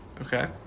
okay